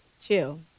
Chill